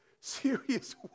serious